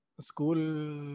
school